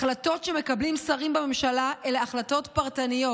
החלטות שמקבלים שרים בממשלה אלה החלטות פרטניות.